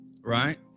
right